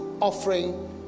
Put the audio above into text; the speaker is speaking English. offering